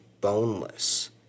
boneless